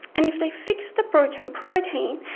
and if they fix the broken protein,